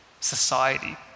society